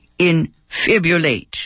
infibulate